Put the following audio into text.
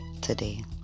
today